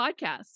podcast